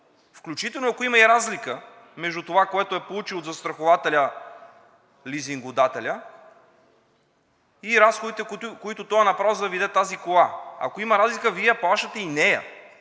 включително и ако има разлика между това, което е получил застрахователят, лизингодателят и разходите, които той е направил, за да Ви даде тази кола. Ако има разлика, Вие я плащате и нея,